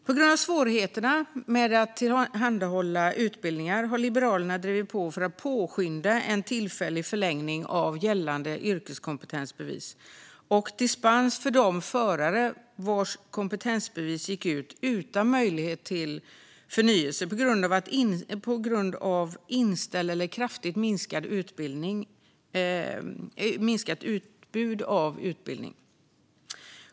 På grund av svårigheterna med att tillhandahålla utbildningar har Liberalerna drivit på för att påskynda en tillfällig förlängning av gällande yrkeskompetensbevis och dispens för de förare vars kompetensbevis gått ut utan möjlighet till förnyelse på grund av inställd utbildning eller kraftigt minskat utbud av utbildning.